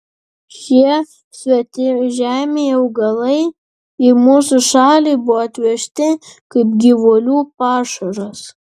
šie svetimžemiai augalai į mūsų šalį buvo atvežti kaip gyvulių pašaras